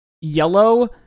yellow